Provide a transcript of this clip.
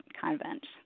convent